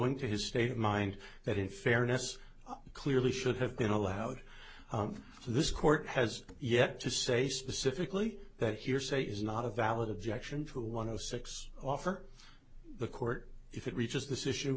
going to his state of mind that in fairness clearly should have been allowed this court has yet to say specifically that hearsay is not a valid objection for one of the six offer the court if it reaches this issue